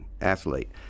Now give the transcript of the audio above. athlete